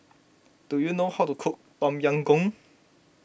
do you know how to cook Tom Yam Goong